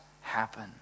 happen